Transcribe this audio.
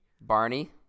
Barney